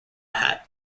hat